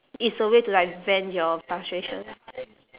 it's a way to like vent your frustration